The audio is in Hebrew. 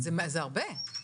זה בוקר עצוב.